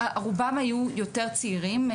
רובם היו יותר צעירים,